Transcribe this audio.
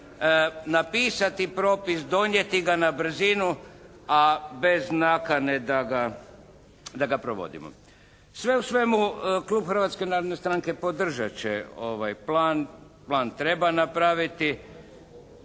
napisati propis, donijeti ga na brzinu a bez nakane da ga, da ga provodimo. Sve u svemu Klub Hrvatske narodne stranke podržat će ovaj plan, plan treba napraviti.